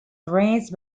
arranged